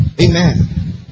Amen